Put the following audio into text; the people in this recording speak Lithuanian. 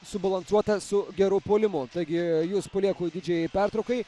subalansuotą su geru puolimu taigi jus palieku didžiajai pertraukai